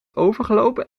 overgelopen